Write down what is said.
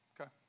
Okay